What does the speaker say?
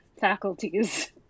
faculties